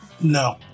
No